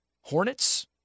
Hornets